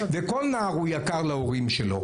כל נער הוא יקר להורים שלו,